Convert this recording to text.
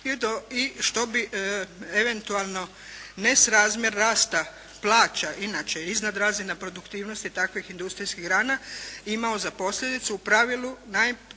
i što bi eventualno nesrazmjer rasta plaća inače iznad razina produktivnosti takvih industrijskih grana imao za posljedicu u pravilu, prva posljedica